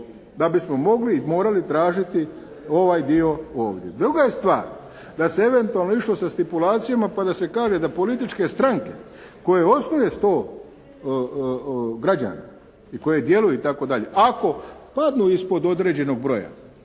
da bismo mogli i morali tražiti ovaj dio ovdje. Druga je stvar da se eventualno išlo sa stipulacijama pa da se kaže da političke stranke koje osnuje 100 građana i koje djeluju itd. ako padnu ispod određenog broja,